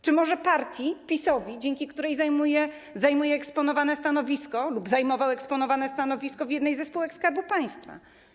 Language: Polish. Czy może PiS-owi, partii, dzięki której zajmuje eksponowane stanowisko, lub zajmował eksponowane stanowisko, w jednej ze spółek Skarbu Państwa?